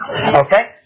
Okay